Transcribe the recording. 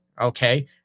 okay